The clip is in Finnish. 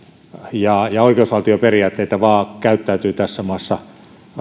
ja ja oikeusvaltioperiaatteita vaan käyttäytyy tässä maassa